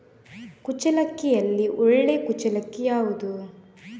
ಕುಚ್ಚಲಕ್ಕಿಯಲ್ಲಿ ಒಳ್ಳೆ ಕುಚ್ಚಲಕ್ಕಿ ಯಾವುದು?